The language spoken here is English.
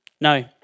No